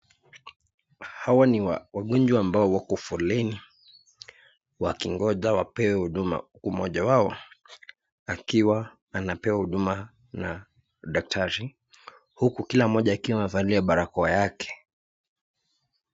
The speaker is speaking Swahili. Hawa ni wagonjwa ambao wako foleni ,wakigonja wapewe huduma huku mmoja wao akiwa anapewa huduma na daktari. Huku kila mmoja akiwa amevalia barakoa yake.